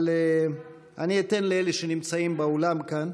אבל אני אתן לאלה שנמצאים באולם כאן,